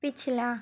पिछला